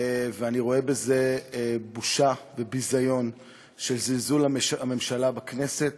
ואני רואה בזה בושה וביזיון של זלזול הממשלה בכנסת